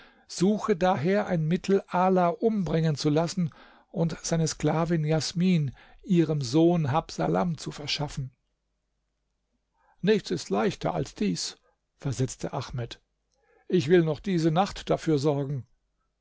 suche daher ein mittel ala umbringen zu lassen und seine sklavin jasmin ihrem sohn habsalam zu verschaffen nichts ist leichter als dies versetzte ahmed ich will noch diese nacht dafür sorgen